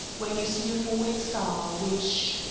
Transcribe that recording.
when you see a falling star, wish.